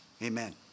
Amen